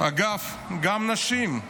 אגב גם נשים.